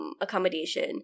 accommodation